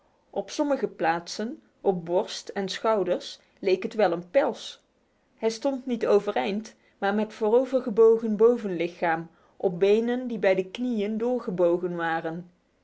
op sommige plaatsen op borst en schouders leek het wel een pels hij stond niet overeind maar met voorovergebogen bovenlichaam op benen die bij de knieën doorgebogen waren